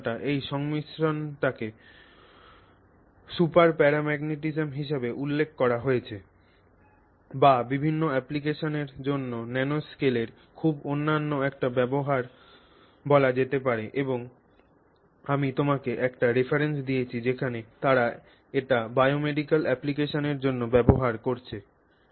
এই ধারণাটি এই সংমিশ্রণটিকে সুপারপ্যারাম্যাগনেটিজম হিসাবে উল্লেখ করা হয়েছে যা বিভিন্ন অ্যাপ্লিকেশনের জন্য ন্যানোস্কেলের খুব অনন্য একটি ব্যবহার বলা যেতে পারে এবং আমি তোমাকে একটি রেফারেন্স দিয়েছি যেখানে তারা এটি বায়োমেডিকাল অ্যাপ্লিকেশনের জন্য ব্যবহার করেছে